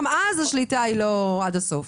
גם אז השליטה היא לא עד הסוף,